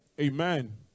Amen